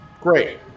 Great